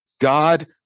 God